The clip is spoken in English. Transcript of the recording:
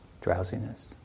drowsiness